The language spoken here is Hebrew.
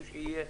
הוא שיהיה,